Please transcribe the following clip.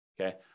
Okay